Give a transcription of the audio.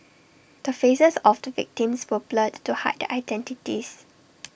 the faces of two victims were blurred to hide their identities